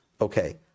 okay